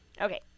Okay